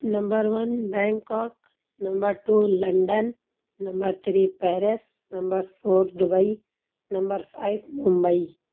number one Bangkok number two London number three Paris number four Dubai number five Mumbai